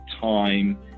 time